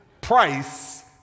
price